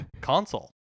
console